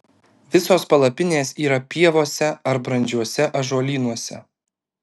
visos palapinės yra pievose ar brandžiuose ąžuolynuose